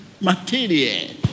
material